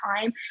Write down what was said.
time